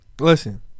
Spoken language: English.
Listen